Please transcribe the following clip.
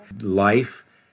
Life